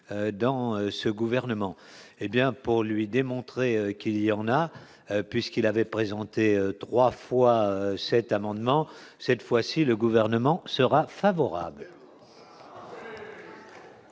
dans ce gouvernement, hé bien pour lui démontrer qu'il y en a, puisqu'il avait présenté 3 fois cet amendement, cette fois-ci le gouvernement sera favorable.